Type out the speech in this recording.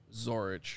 Zorich